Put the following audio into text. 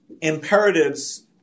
imperatives